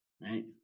right